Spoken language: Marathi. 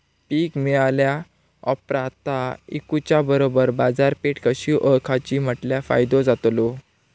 पीक मिळाल्या ऑप्रात ता इकुच्या बरोबर बाजारपेठ कशी ओळखाची म्हटल्या फायदो जातलो?